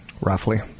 roughly